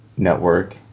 network